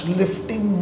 lifting